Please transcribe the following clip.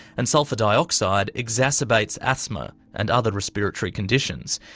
and sulphur dioxide exacerbates asthma and other respiratory conditions,